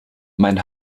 mein